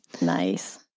Nice